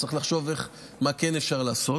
אז צריך לחשוב מה כן אפשר לעשות.